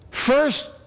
First